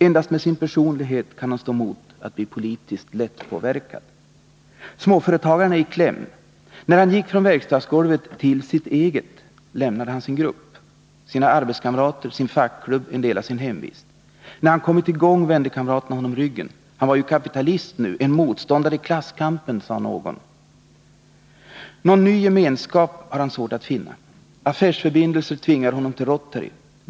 Endast med sin personlighet kan han stå emot att bli politiskt lättpåverkad. Småföretagaren är i kläm. När han gick från verkstadsgolvet till sitt eget lämnade han sin grupp, sina arbetskamrater, sin fackklubb, en del av sin hemvist. När han kommit i gång vände kamraterna honom ryggen. Han var ju kapitalist nu — en motståndare i klasskampen, sade någon. Någon ny gemenskap har han svårt att finna. Affärsförbindelser tvingar honom till Rotary.